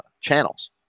channels